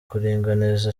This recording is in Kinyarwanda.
kuringaniza